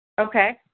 Okay